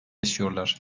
yaşıyorlar